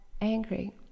angry